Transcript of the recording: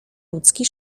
ludzki